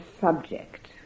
subject